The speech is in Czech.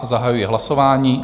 Zahajuji hlasování.